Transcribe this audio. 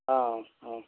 অঁ অঁ অঁ